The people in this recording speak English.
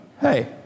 Hey